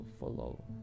follow